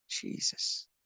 Jesus